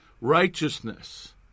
Righteousness